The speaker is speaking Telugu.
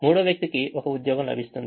మూడవ వ్యక్తికి ఒక ఉద్యోగం లభిస్తుంది